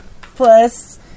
plus